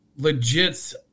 Legits